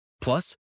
Plus